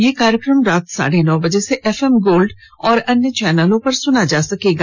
यह कार्यक्रम रात साढे नौ बजे से एफएम गोल्ड और अन्य चैनलों पर सुना जा सकता है